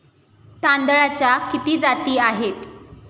तांदळाच्या किती जाती आहेत?